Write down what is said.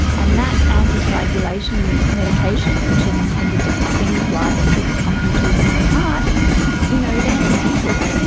and that anticoagulation medication, which is intended just to thin the blood and keep it pumping through the new heart you know is anti-natal.